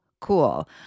cool